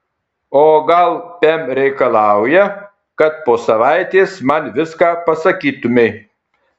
o gal pem reikalauja kad po savaitės man viską pasakytumei